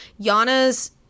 Yana's